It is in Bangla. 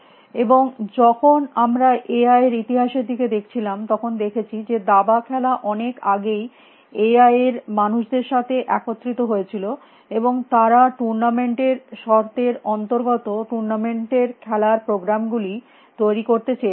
এবং যখন আমরা এআই এর ইতিহাসের দিকে দেখছিলাম তখন দেখেছি যে দাবা খেলা অনেক আগেই এ আই এর মানুষদের সাথে একত্রিত হয়েছিল এবং তারা টুর্নামেন্ট এর শর্তের অন্তর্গত টুর্নামেন্টের খেলার প্রোগ্রাম গুলি তৈরী করতে চেয়েছিলেন